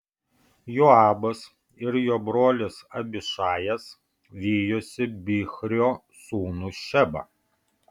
joabas ir jo brolis abišajas vijosi bichrio sūnų šebą